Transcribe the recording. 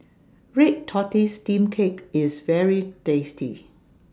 Red Tortoise Steamed Cake IS very tasty